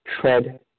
tread